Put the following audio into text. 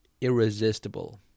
Irresistible